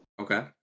Okay